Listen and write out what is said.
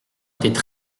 étaient